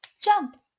jump